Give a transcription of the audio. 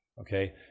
okay